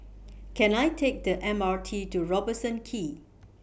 Can I Take The M R T to Robertson Quay